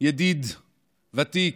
ידיד ותיק,